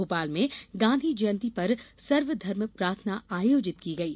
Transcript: भोपाल में गांधी जयंती पर सर्वधर्म प्रार्थना आयोजित की गयी